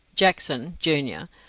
jackson, junior,